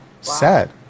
sad